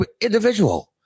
individual